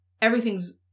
everything's